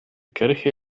kirche